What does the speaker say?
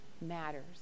matters